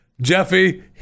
jeffy